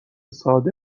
ساده